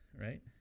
right